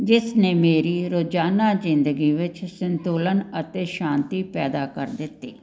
ਜਿਸ ਨੇ ਮੇਰੀ ਰੋਜ਼ਾਨਾ ਜ਼ਿੰਦਗੀ ਵਿੱਚ ਸੰਤੁਲਨ ਅਤੇ ਸ਼ਾਂਤੀ ਪੈਦਾ ਕਰ ਦਿੱਤੀ